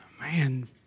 Man